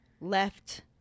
left